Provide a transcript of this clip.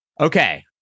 Okay